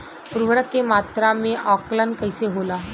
उर्वरक के मात्रा में आकलन कईसे होला?